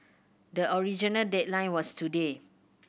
the original deadline was today